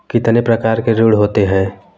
कितने प्रकार के ऋण होते हैं?